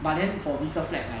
but then for resale flat ah